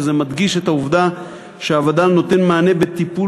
וזה מדגיש את העובדה שהווד"ל נותן מענה בטיפול